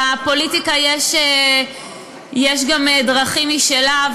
לפוליטיקה יש גם דרכים משלה,